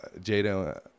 Jada